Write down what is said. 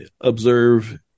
observe